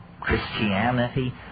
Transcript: Christianity